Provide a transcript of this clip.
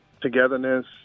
togetherness